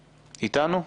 איתנו?